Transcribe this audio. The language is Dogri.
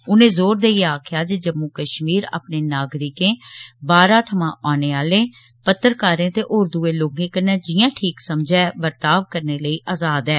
उनें जोर देइयै आक्खेआ जे जम्मू कश्मीर अपने नागरिकें बाह्रा थमां औने आलें पत्रकारें ते होर दुए लोकें कन्नै जियां ठीक समझै बर्ताव करने लेई आज़ाद ऐ